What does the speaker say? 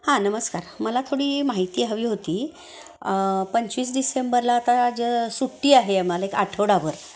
हां नमस्कार मला थोडी माहिती हवी होती पंचवीस डिसेंबरला आता ज सुट्टी आहे आम्हाला एक आठवडाभर